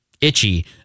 itchy